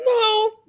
No